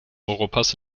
europas